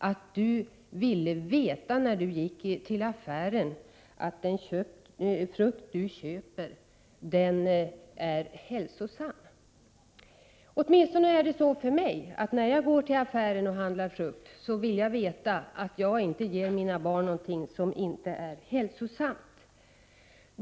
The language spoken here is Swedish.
Anledningen är att han vill veta att den frukt som han köper i affären är hälsosam. När jag går till affären och handlar frukt vill jag veta att jag inte ger mina barn någonting som inte är hälsosamt.